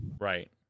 Right